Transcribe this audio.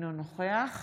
אינו נוכח